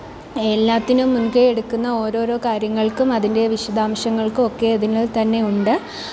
എല്ലാത്തിനും മുന്കൈ എടുക്കുന്ന ഓരോ ഓരോ കാര്യങ്ങള്ക്കും അതിന്റെ വിശദാംശങ്ങള്ക്കും ഒക്കെ അതിനാല് തന്നെയുണ്ട്